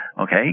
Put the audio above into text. Okay